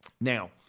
Now